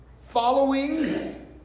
following